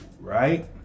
Right